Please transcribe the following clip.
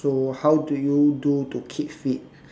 so how do you do to keep fit